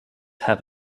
have